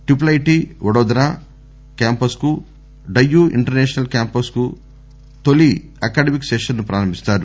IIIT Vadodara campus కు Diu international campus తొలి academic session ను ప్రారంభిస్తారు